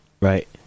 Right